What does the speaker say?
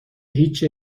هیچی